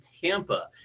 Tampa